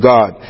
God